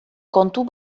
kontu